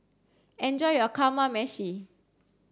enjoy your Kamameshi